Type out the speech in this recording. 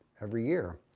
every year.